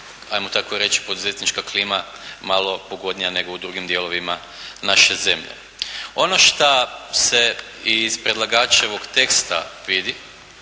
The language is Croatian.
hajmo tako reći poduzetnička klima malo pogodnija nego u drugim dijelovima naše zemlje. Ono što se i iz predlagačevog teksta vidi